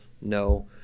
No